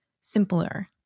simpler